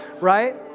right